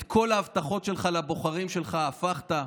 את כל ההבטחות שלך לבוחרים שלך הפכת.